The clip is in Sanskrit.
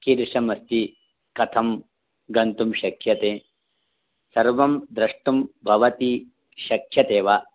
कीदृशमस्ति कथं गन्तुं शक्यते सर्वं द्रष्टुं भवति शक्यते वा